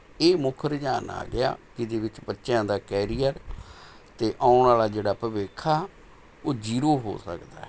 ਇਹ ਮੁੱਖ ਰੁਝਾਨ ਆ ਗਿਆ ਇਹਦੇ ਵਿੱਚ ਬੱਚਿਆਂ ਦਾ ਕੈਰੀਅਰ ਅਤੇ ਆਉਣ ਵਾਲਾ ਜਿਹੜਾ ਭਵਿੱਖ ਹੈ ਉਹ ਜ਼ੀਰੋ ਹੋ ਸਕਦਾ ਹੈ